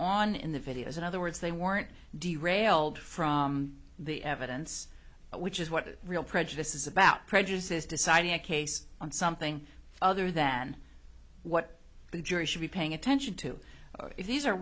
on in the videos in other words they weren't derailed from the evidence which is what real prejudice is about prejudice deciding a case on something other than what the jury should be paying attention to if these are